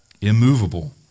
immovable